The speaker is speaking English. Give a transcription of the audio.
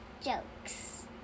Jokes